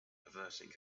averting